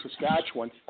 Saskatchewan